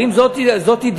אם זאת אידיאולוגיה,